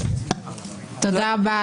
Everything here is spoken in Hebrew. תודה רבה,